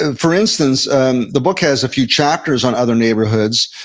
and for instance, and the book has a few chapters on other neighborhoods,